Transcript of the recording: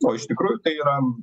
o iš tikrųjų tai yra